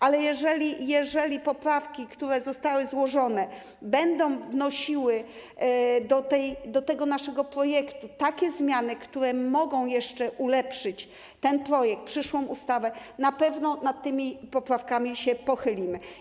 Ale jeżeli poprawki, które zostały złożone, będą wnosiły do naszego projektu takie zmiany, które mogą jeszcze ulepszyć ten projekt, przyszłą ustawę, na pewno nad tymi poprawkami się pochylimy.